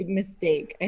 mistake